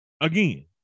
Again